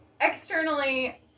externally